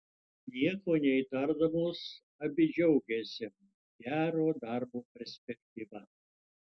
nieko neįtardamos abi džiaugėsi gero darbo perspektyva